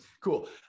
Cool